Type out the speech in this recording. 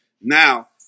Now